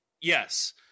Yes